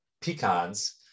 pecans